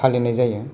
फालिनाय जायो